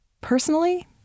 Personally